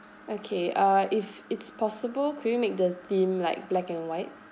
okay uh if it's possible could you make the theme like black and white